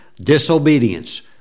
disobedience